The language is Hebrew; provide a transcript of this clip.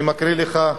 אני מקריא לך,